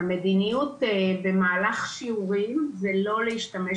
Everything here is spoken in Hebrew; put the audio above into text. המדיניות במהלך שיעורים היא לא להשתמש